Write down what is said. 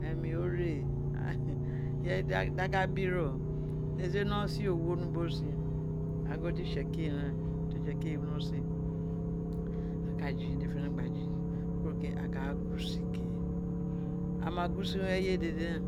Emi we re ireye dede da ka biro nesin ee no se owo ni obo we sin? Agin otin tsekiri ren oton itsekiri ren wino se, aghan ku jinghin dede fenefene gba jinghiri kuro ke a ka ra gun usin ke ama gun usin we eye dede ren